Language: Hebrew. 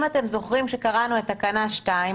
אם אתם זוכרים שקראנו את תקנה 2,